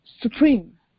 Supreme